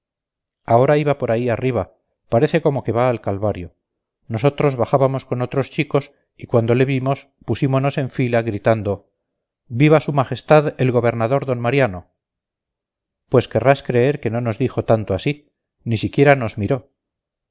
ahora iba por ahí arriba parece como que va al calvario nosotros bajábamos con otros chicos y cuando le vimos pusímonos en fila gritando viva su majestad el gobernador d mariano pues querrás creer que no nos dijo tanto así ni siquiera nos miró